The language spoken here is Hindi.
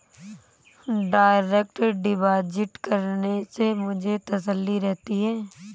डायरेक्ट डिपॉजिट करने से मुझे तसल्ली रहती है